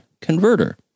converter